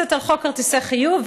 מבוססת על חוק כרטיסי חיוב,